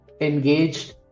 engaged